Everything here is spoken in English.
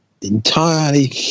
entirely